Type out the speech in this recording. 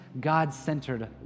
God-centered